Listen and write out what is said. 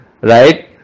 Right